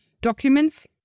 documents